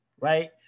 right